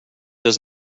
does